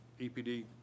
EPD